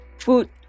food